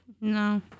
No